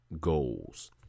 goals